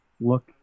look